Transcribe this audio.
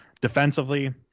Defensively